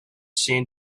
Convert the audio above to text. san